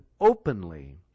openly